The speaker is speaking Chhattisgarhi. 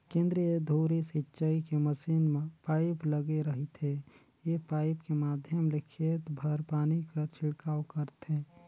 केंद्रीय धुरी सिंचई के मसीन म पाइप लगे रहिथे ए पाइप के माध्यम ले खेत भर पानी कर छिड़काव करथे